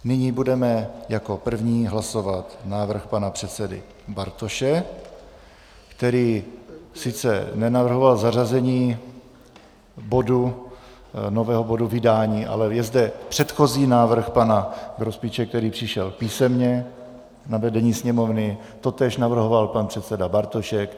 Nyní budeme jako o prvním hlasovat o návrhu pana předsedy Bartoše, který sice nenavrhoval zařazení nového bodu vydání, ale je zde předchozí návrh pana Grospiče, který přišel písemně na vedení Sněmovny, totéž navrhoval pan předseda Bartošek.